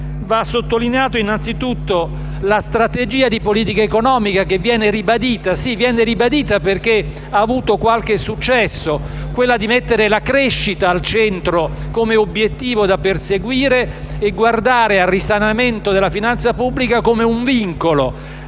Va sottolineata innanzitutto la strategia di politica economica che viene ribadita, giacché ha avuto qualche successo, quella di mettere la crescita al centro, come obiettivo da perseguire e guardare al risanamento della finanza pubblica come ad un vincolo: